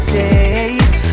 days